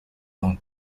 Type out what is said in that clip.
don